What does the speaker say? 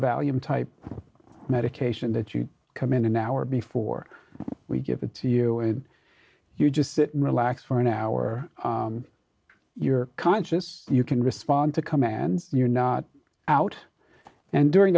value type medication that you come in an hour before we give it to you and you just sit and relax for an hour you're conscious you can respond to commands you're not out and during